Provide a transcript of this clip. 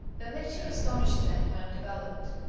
the pic ture astonished them when developed.